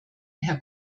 herr